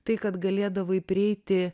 tai kad galėdavai prieiti